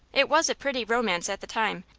it was a pretty romance at the time,